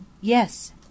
Yes